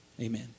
Amen